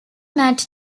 matt